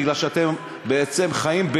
בגלל שאתם בעצם חיים,